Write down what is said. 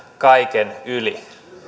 kaiken yli